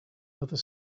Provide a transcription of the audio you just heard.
other